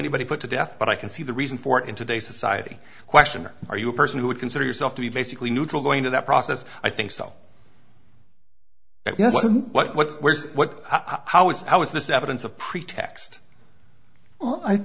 anybody put to death but i can see the reason for it in today's society question or are you a person who would consider yourself to be basically neutral going to that process i think so it wasn't what what i was how is this evidence of pretext i